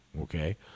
okay